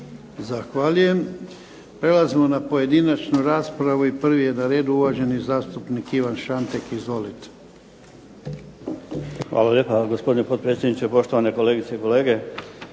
Zahvaljujem. Prelazimo na pojedinačnu raspravu, i prvi je na redu uvaženi zastupnik Ivan Šantek. Izvolite. **Šantek, Ivan (HDZ)** Hvala lijepa gospodine potpredsjedniče, poštovane kolegice i kolege.